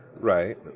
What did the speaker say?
Right